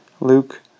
Luke